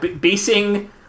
basing